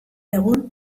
egun